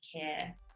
care